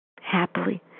happily